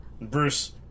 Bruce